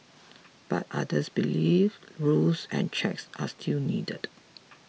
but others believe rules and checks are still needed